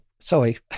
sorry